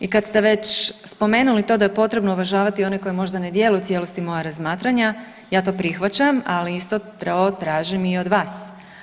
I kad ste već spomenuli to da je potrebno uvažavati one koji možda ne dijele u cijelosti moja razmatranja ja to prihvaćam, ali isto to tražim i od vas.